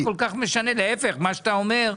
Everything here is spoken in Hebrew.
להפך מה שאתה אומר,